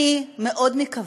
אני מאוד מקווה,